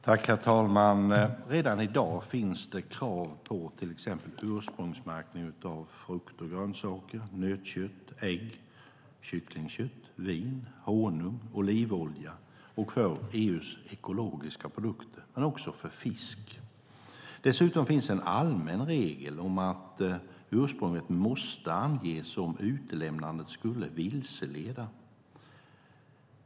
Herr talman! Redan i dag finns det krav på till exempel ursprungsmärkning av frukt och grönsaker, nötkött, ägg, kycklingkött, vin, honung, olivolja och EU:s ekologiska produkter men också fisk. Dessutom finns en allmän regel om att ursprunget måste anges om utelämnandet skulle vilseleda.